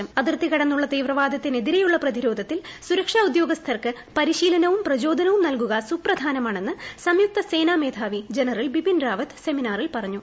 ബാലാക്കോട്ട് വ്യോമാക്രമണം അതിർത്തികടന്നുളള തീവ്രവാദത്തിനെതിരെയുള്ള പ്രതിരോധത്തിൽ സുരക്ഷാ ഉദ്യോഗസ്ഥർക്ക് പരിശീലനവും പ്രചോദനവും നൽകുക സുപ്രധാനമാണെന്ന് സംയുക്ത സേനാമേധാവി ജനറൽ ബിപിൻ റാവത്ത് സെമിനാറിൽ പറഞ്ഞു